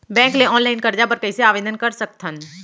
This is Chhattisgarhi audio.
बैंक ले ऑनलाइन करजा बर कइसे आवेदन कर सकथन?